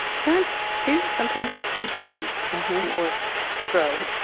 parents do sometimes change their minds or bro.